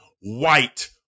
White